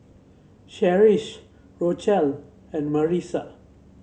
Cherish Rochelle and Marissa